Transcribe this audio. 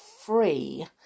free